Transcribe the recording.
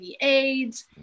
AIDS